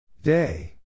Day